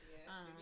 Yes